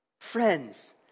Friends